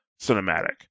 cinematic